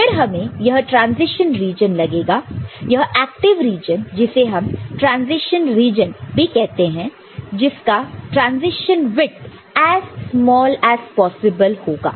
फिर हमें यह ट्रांजिशन रीजन लगेगा यह एक्टिव रीजन जिसे हम ट्रॅन्ज़िशन् रीजन भी कहते हैं जिसका transition width as small as possible होगा